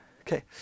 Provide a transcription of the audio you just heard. Okay